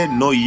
no